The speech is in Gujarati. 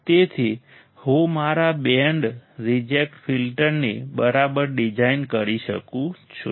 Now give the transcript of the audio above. તેથી હું મારા બેન્ડ રિજેક્ટ ફિલ્ટરને બરાબર ડિઝાઇન કરી શકું છું